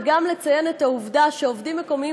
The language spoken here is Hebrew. וגם לציין את העובדה שעובדים מקומיים